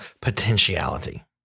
potentiality